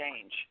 change